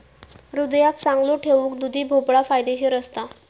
हृदयाक चांगलो ठेऊक दुधी भोपळो फायदेशीर असता